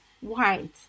white